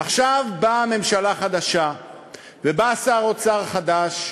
עכשיו באה ממשלה חדשה ובא שר אוצר חדש,